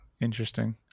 interesting